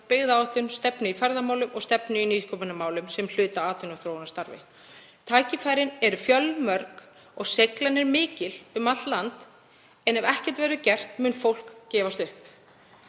byggðaáætlun, stefnu í ferðamálum og stefnu í nýsköpunarmálum sem hluta af atvinnuþróunarstarfi. Tækifærin eru fjölmörg og seiglan er mikil um allt land en ef ekkert verður gert mun fólk gefast upp.